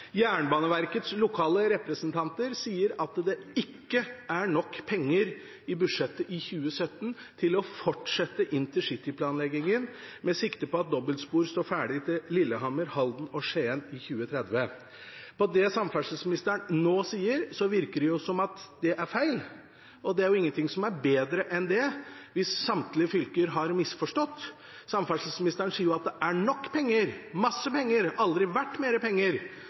å fortsette intercityplanleggingen med sikte på at dobbeltspor står ferdig til Lillehammer, Halden og Skien i 2030. På bakgrunn av det samferdselsministeren nå sier, virker det som om det er feil. Det er jo ingenting som er bedre enn det – hvis samtlige fylker har misforstått. Samferdselsministeren sier at det er nok penger, masse penger, det har aldri vært mer penger.